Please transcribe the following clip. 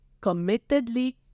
committedly